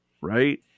Right